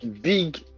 big